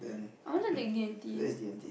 I also take D-and-T